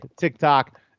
TikTok